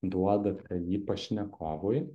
duodate jį pašnekovui